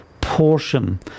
portion